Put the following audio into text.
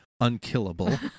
unkillable